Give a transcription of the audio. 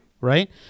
right